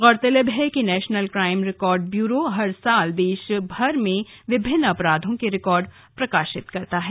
गौरतलब है कि नेशनल क्राइम रिकार्ड ब्यूरो हर साल देश भर में हुए विभिन्न अपराधों के रिकार्ड प्रकाशित करता है